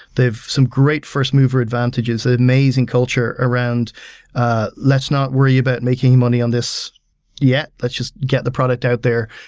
they have some great first mover advantages, ah amazing culture around ah let's not worry about making money on this yet. let's just get the product out there,